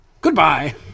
Goodbye